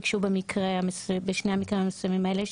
ביקשו בשני המקרים המסוימים האלה,